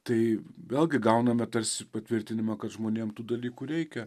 tai vėlgi gauname tarsi patvirtinimą kad žmonėm tų dalykų reikia